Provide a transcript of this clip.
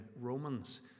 Romans